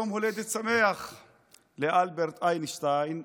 יום הולדת שמח לאלברט איינשטיין,